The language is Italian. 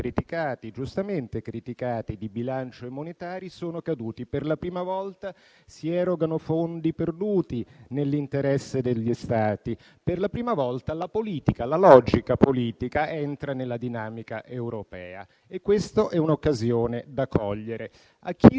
per la prima volta, la politica e la sua logica entrano nella dinamica europea. Questa è un'occasione da cogliere. A chi rimpiange una presunta età dell'oro nel sovranismo nazionale, ricordo che durante la prima Repubblica la sovranità italiana